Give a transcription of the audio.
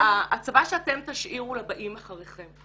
האם זה הצבא שאתם תשאירו לבאים אחריכם?